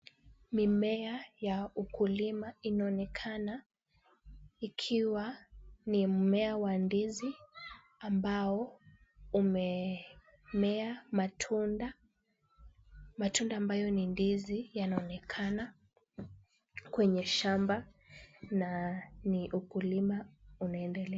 Mimea ya ukulima inaonekana ikiwa ni mmea wa ndizi ambao umemea matunda. Matunda ambayo ni ndizi yanaonekana kwenye shamba na ni ukulima unaendelea.